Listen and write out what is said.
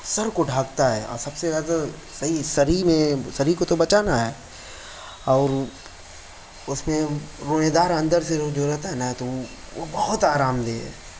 سر کو ڈھانکتا ہے اور سب سے زیادہ صحیح سر ہی میں سر ہی کو تو بچانا ہے اور اس میں روئیں دار اندر سے وہ جو رہتا ہے نا تو وہ بہت آرام دہ ہے